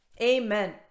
amen